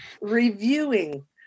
reviewing